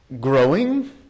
growing